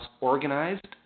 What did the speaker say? organized